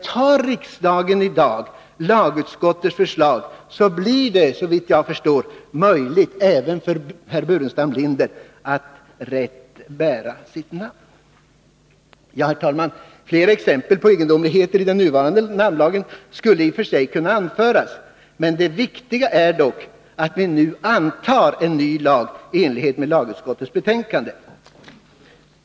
Tar riksdagen i dag lagutskottets förslag blir det, såvitt jag förstår, möjligt även för herr Burenstam Linder att med rätt bära sitt namn. Ja, herr talman, fler exempel på egendomligheter i den nuvarande namnlagen skulle i och för sig kunna anföras, men det viktiga är att vi nu antar en ny lag i enlighet med lagutskottets betänkande.